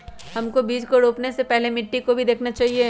हमको बीज को रोपने से पहले मिट्टी को भी देखना चाहिए?